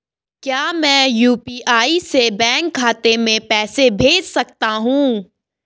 क्या मैं यु.पी.आई से बैंक खाते में पैसे भेज सकता हूँ?